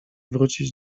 wrócić